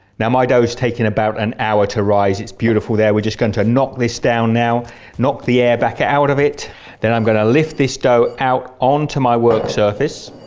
now my dough has taken about an hour to rise it's beautiful there were just going to knock this down now knock the air back ah out of it then i'm going to lift this dough out onto my work surface.